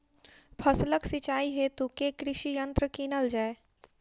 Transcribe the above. फसलक सिंचाई हेतु केँ कृषि यंत्र कीनल जाए?